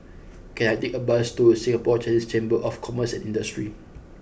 can I take a bus to Singapore Chinese Chamber of Commerce and Industry